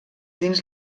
dins